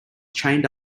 chained